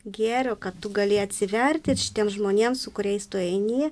gėrio kad tu gali atsiverti ir šitiems žmonėms su kuriais tu eini